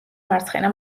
მარცხენა